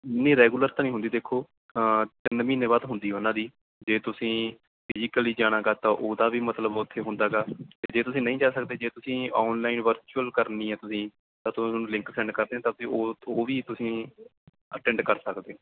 ਨਹੀਂ ਰੈਗੂਲਰ ਤਾਂ ਨਹੀਂ ਹੁੰਦੀ ਦੇਖੋ ਤਿੰਨ ਮਹੀਨੇ ਬਾਅਦ ਹੁੰਦੀ ਉਹਨਾਂ ਦੀ ਜੇ ਤੁਸੀਂ ਫਿਜੀਕਲੀ ਜਾਣਾ ਗਾ ਤਾਂ ਉਹਦਾ ਵੀ ਮਤਲਬ ਉਥੇ ਹੁੰਦਾ ਗਾ ਜੇ ਤੁਸੀਂ ਨਹੀਂ ਜਾ ਸਕਦੇ ਜੇ ਤੁਸੀਂ ਆਨਲਾਈਨ ਵਰਚੁਅਲ ਕਰਨੀ ਹੈ ਤੁਸੀਂ ਤਾਂ ਉਹਨੂੰ ਲਿੰਕ ਸੈਂਡ ਕਰਦੇ ਤਾਂ ਤੁਸੀਂ ਉਥੋਂ ਉਹ ਵੀ ਤੁਸੀਂ ਅਟੈਂਡ ਕਰ ਸਕਦੇ ਹੋ